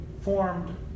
formed